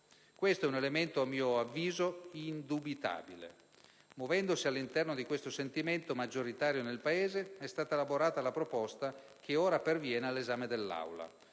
questo è un elemento - a mio avviso - indubitabile. Muovendosi all'interno di questo sentimento maggioritario nel Paese, è stata elaborata la proposta che ora perviene all'esame dell'Aula.